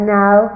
now